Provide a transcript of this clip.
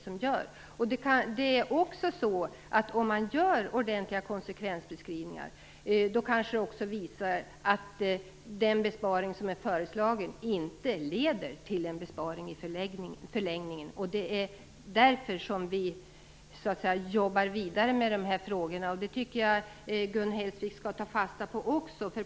Om man gör ordentliga konsekvensbeskrivningar kanske det också visar sig att den besparing som är föreslagen inte leder till en besparing i förlängningen. Det är därför som vi jobbar vidare med dessa frågor. Det tycker jag att Gun Hellsvik också skall ta fasta på.